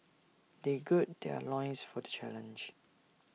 they gird their loins for the challenge